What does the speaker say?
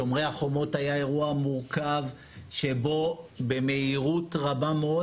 שומרי החומות היה אירוע מורכב שבו במהירות רבה מאוד